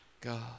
God